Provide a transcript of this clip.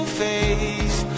face